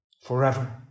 Forever